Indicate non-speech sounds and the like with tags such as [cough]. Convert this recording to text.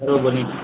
hello [unintelligible]